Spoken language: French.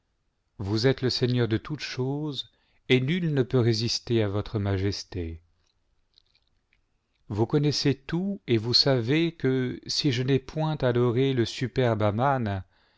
vous êtes le seigneur de toutes choses et nul ne peut résister à votre majesté vous connaissez tout et vous savez que si je n'ai point adoré le superbe